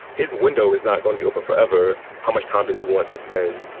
his window is not gonna be open forever. how much time does he want to spend,